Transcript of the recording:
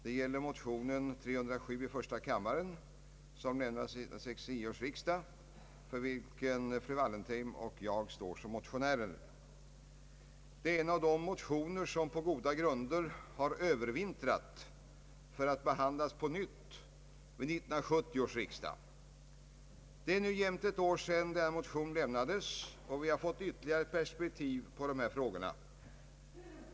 Det gäller motion I: 307, som lämnades vid 1969 års riksdag och för vilken fru Wallentheim och jag står som motionärer. Det är en av de motioner som på goda grunder har övervintrat för att behandlas på nytt vid 1970 års riksdag. Det är nu jämnt ett år sedan denna motion lämnades, och vi har fått ytterligare perspektiv på dessa frågor.